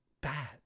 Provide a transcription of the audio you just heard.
bad